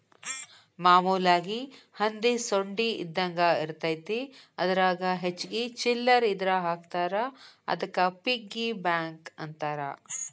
ಮಾಮೂಲಾಗಿ ಹಂದಿ ಸೊಂಡಿ ಇದ್ದಂಗ ಇರತೈತಿ ಅದರಾಗ ಹೆಚ್ಚಿಗಿ ಚಿಲ್ಲರ್ ಇದ್ರ ಹಾಕ್ತಾರಾ ಅದಕ್ಕ ಪಿಗ್ಗಿ ಬ್ಯಾಂಕ್ ಅಂತಾರ